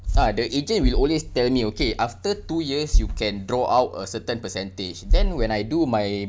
ah the agent will always tell me okay after two years you can draw out a certain percentage then when I do my